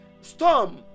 Storm